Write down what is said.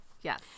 Yes